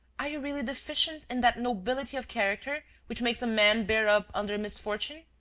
are you really deficient in that nobility of character which makes a man bear up under misfortune?